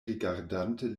rigardante